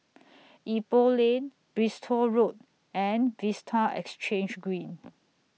Ipoh Lane Bristol Road and Vista Exhange Green